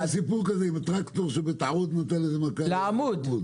היה סיפור כזה עם הטרקטור שנתן בטעות נתן מכה לעמוד.